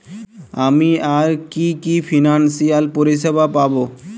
আমি আর কি কি ফিনান্সসিয়াল পরিষেবা পাব?